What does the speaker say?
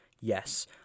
yes